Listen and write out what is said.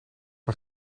een